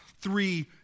Three